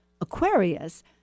Aquarius